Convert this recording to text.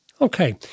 Okay